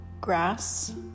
grass